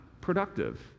productive